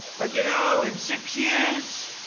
but you know, in six years,